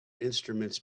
instruments